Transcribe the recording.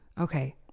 okay